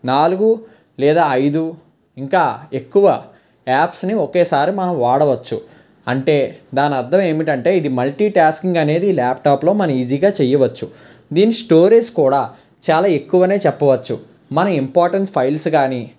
నాలుగు లేదా ఐదు ఇంకా ఎక్కువ యాప్స్ ని ఒకేసారి మనం వాడవచ్చు అంటే దానర్థం ఏమిటంటే ఇది మల్టీ టాస్కింగ్ అనేది ఈ ల్యాప్టాప్లో మన ఈజీగా చేయవచ్చు దీని స్టోరేజ్ కూడా చాలా ఎక్కువనే చెప్పవచ్చు మన ఇంపార్టెంట్ ఫైల్స్ కానీ